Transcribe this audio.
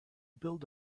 build